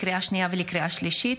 לקריאה שנייה ולקריאה שלישית,